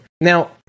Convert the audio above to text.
Now